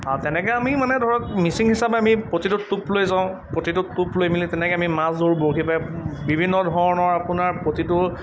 তেনেকৈ আমি মানে ধৰক মিচিং হিচাপে আমি প্ৰতিটো টোপ লৈ যাওঁ প্ৰতিটো টোপ লৈ মেলি তেনেকৈ আমি মাছ ধৰোঁ বৰশী বাই বিভিন্ন ধৰণৰ আপোনাৰ প্ৰতিটো